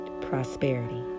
prosperity